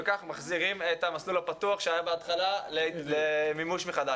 בכך מחזירים את המסלול הפתוח שהיה בהתחלה למימוש מחדש.